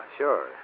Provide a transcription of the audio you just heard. sure